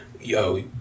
Yo